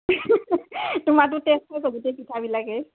তোমাৰটো টেষ্ট আছে গোটেই পিঠাবিলাকে